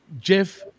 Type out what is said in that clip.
Jeff